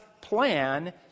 plan